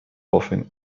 often